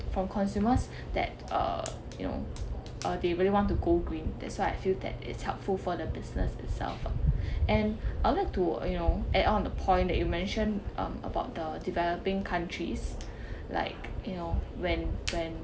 from consumers that uh you know uh they really want to go green that's why I feel that it's helpful for the business itself and I would like to you know add on the point that you mentioned um about the developing countries like you know when when